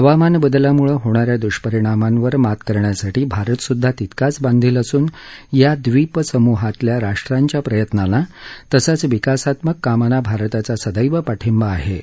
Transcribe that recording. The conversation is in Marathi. हवामान बदलामुळे होणाऱ्या दुष्परिणामांवर मात करण्यासाठी भारत सुद्धा तितकाच बांधिल असून या द्विपसमुहातल्या राष्ट्रांच्या प्रयत्नांना तसच विकासात्मक कामांना भारताचा सदैव पाठिंबा आहे असं ते म्हणाले